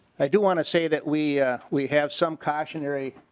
i do want to say that we we have some cautionary